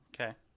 okay